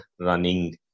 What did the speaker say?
running